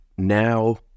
now